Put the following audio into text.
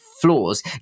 flaws